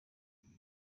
توانم